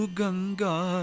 ganga